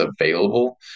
available